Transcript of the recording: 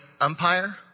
umpire